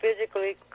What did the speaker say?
physically